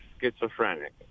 schizophrenic